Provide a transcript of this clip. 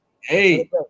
hey